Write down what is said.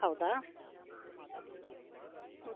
ಹೌದಾ ಹ್ಞೂ